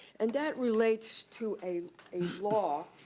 and that relates to a a law,